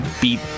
beat